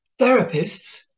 Therapists